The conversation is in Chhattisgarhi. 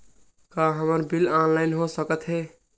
का हमर बिल ऑनलाइन हो सकत हे?